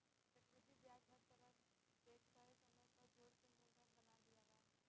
चक्रविधि ब्याज हर एक तय समय पर जोड़ के मूलधन बना दियाला